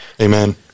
Amen